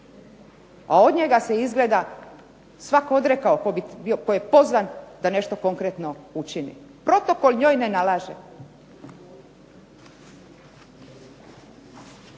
a od njega se izgleda svak odrekao tko je pozvan da nešto konkretno učini. Protokol njoj ne nalaže?